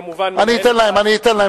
כמובן, אני אתן להם לדבר.